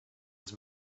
was